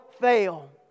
fail